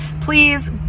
please